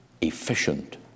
efficient